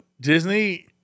Disney